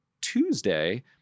Tuesday